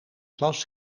klas